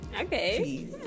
Okay